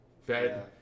fed